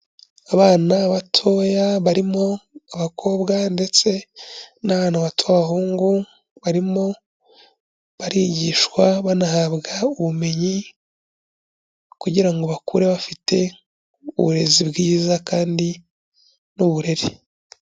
Abana batoya barimo abakobwa ndetse n'abana bato b'abahungu, barimo barigishwa banahabwa ubumenyi kugira ngo bakure bafite uburezi bwiza kandi n'uburere.